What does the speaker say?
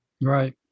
Right